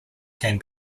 can